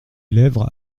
lèvres